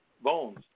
bones